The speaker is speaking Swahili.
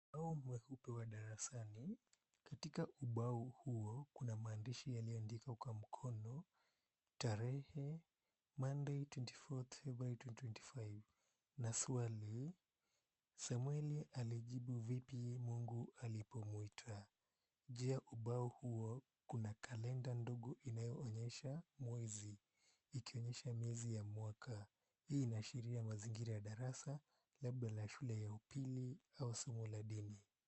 Ubao mweupe wa darasani katika ubao huo kuna maandishi yaliyoandikwa kwa mkono tarehe Monday 24 February 2025 na swali, Samueli alijibu vipi Mungu alipomuita. Juu ya ubao huo kuna kalenda ndogo inayoonyesha mwezi ikionyesha mwezi ya mwaka hii inaashiria mazingira ya darasa labda ya shule ya upili au somo la dini.